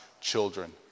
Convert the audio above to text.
children